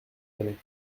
années